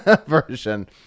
version